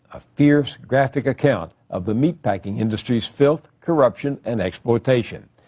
a fierce graphic account of the meatpacking industry's filth, corruption and exploitation.